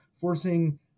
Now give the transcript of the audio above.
forcing